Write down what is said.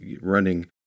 running